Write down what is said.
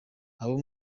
abo